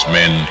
men